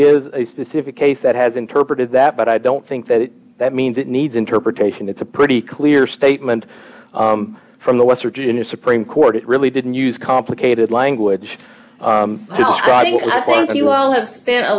is a specific case that has interpreted that but i don't think that that means it needs interpretation it's a pretty clear statement from the west virginia supreme court it really didn't use complicated language i think i thank you all have spent a